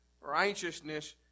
Righteousness